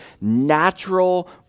natural